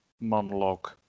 monologue